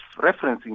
referencing